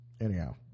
Anyhow